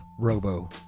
Robo